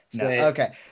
Okay